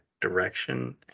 direction